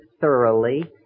thoroughly